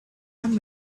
and